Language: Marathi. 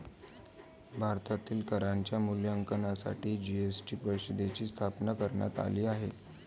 भारतातील करांच्या मूल्यांकनासाठी जी.एस.टी परिषदेची स्थापना करण्यात आली आहे